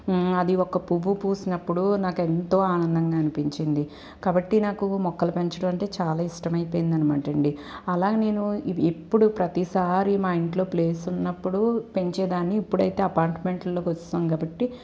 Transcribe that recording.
అది ఒక పువ్వు పూసినప్పుడు నాకు ఎంతో ఆనందంగా అనిపించింది కాబట్టి నాకు మొక్కలు పెంచడం అంటే చాలా ఇష్టమైపోయింది అన్నమాట అండీ అలా నేను ఎప్పుడు ప్రతిసారి మా ఇంట్లో ప్లేస్ ఉన్నప్పుడు పెంచేదాన్ని ఇప్పుడైతే అపార్ట్మెంట్స్లోకి వచ్చేసాం కాబట్టి